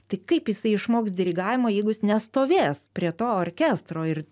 tai kaip jisai išmoks dirigavimo jeigu jis nestovės prie to orkestro ir